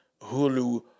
Hulu